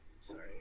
sorry